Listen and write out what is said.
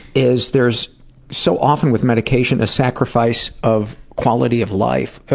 is there's so often with medication a sacrifice of quality of life,